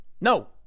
No